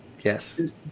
Yes